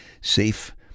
safe